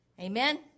Amen